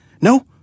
No